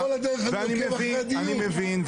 אני מבין,